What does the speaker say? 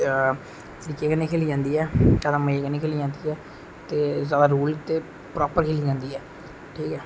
ज्यादा तरीके कन्नै खेली जंदी ऐ ज्याद मजा कन्नै खेली जंदी ऐ ते ज्यादा रुल ते नेई होंदे प्रापर खेली जंदी ऐ ठीक ऐ